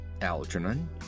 Algernon